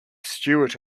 stewart